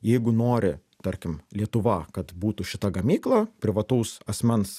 jeigu nori tarkim lietuva kad būtų šita gamykla privataus asmens